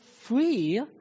free